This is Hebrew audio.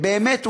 באמת,